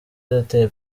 yateye